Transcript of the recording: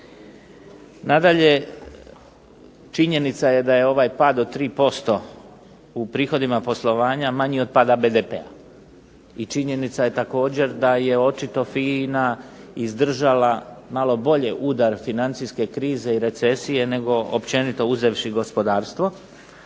Nadalje, činjenica je da je ovaj pad od 3% u prihodima poslovanja manji od pada BDP-a, i činjenica je također da je očito FINA izdržala malo bolje udar financijske krize i recesije nego općenito uzevši gospodarstvo,